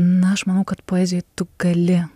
na aš manau kad poezijoj tu gali